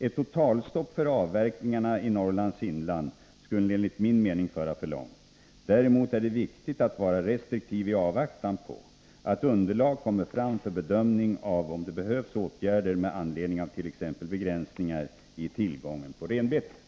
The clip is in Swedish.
Ett totalstopp för avverkningarna i Norrlands inland skulle enligt min mening föra för långt. Däremot är det viktigt att vara restriktiv i avvaktan på att underlag kommer fram för bedömning av om det behövs åtgärder med anledning av t.ex. begränsningar i tillgången på renbete.